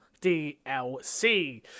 DLC